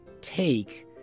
take